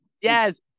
yes